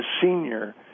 senior